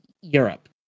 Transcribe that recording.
Europe